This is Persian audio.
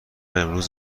امروز